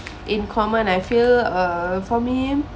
in common I feel uh for me